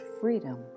freedom